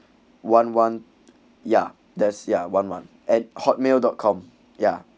one one ya that's ya one one at hotmail dot com yeah